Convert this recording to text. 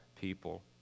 people